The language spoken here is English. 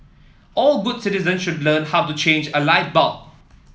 all good citizens should learn how to change a light bulb